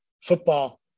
football